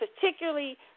particularly